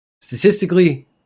Statistically